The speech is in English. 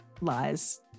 lies